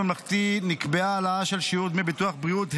ממלכתי נקבעה העלאה של שיעורי דמי ביטוח בריאות,